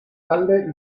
talde